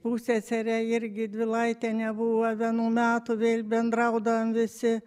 pusseserė irgi dvilaitienė buvo vienų metų vėl bendraudavom visi